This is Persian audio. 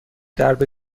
درب